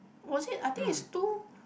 was it I think is two